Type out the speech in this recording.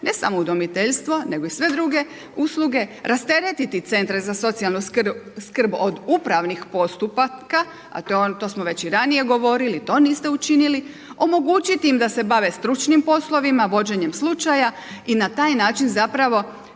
ne samo udomiteljstva nego i sve druge usluge, rasteretiti centre za socijalnu skrb od upravnih postupaka. A to smo već i ranije dogovorili, to niste učinili. Omogućiti im da se bave stručnim poslovima, vođenjem slučaja i na taj način zapravo